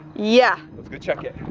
yeah. let's go check it.